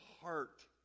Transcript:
heart